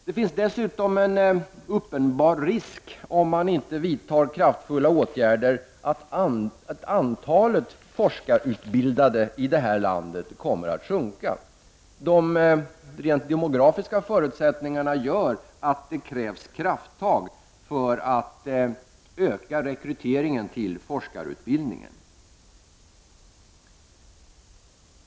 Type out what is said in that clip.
Det finns dessutom, om man inte vidtar kraftfulla åtgärder, en uppenbar risk att antalet forskarutbildade i det här landet kommer att sjunka. De rent demografiska förutsättningarna gör att det krävs krafttag för att öka rekryteringen till forskarutbildningen.